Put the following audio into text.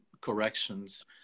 corrections